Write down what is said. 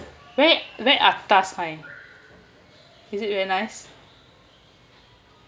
very very atas kind is it very nice